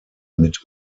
mit